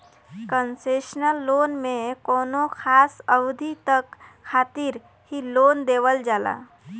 concessional loan में कौनो खास अवधि तक खातिर ही लोन देवल जाला